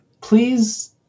please